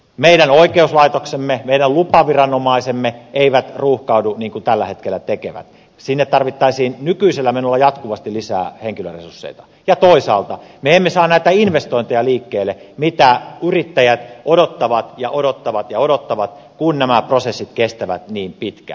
meidän oikeuslaitoksemme meidän lupaviranomaisemme eivät ruuhkaudu niin kuin tällä hetkellä tekevät sinne tarvittaisiin nykyisellä menolla jatkuvasti lisää henkilöresursseja ja toisaalta me emme saa näitä investointeja liikkeelle mitä yrittäjät odottavat ja odottavat ja odottavat kun nämä prosessit kestävät niin pitkään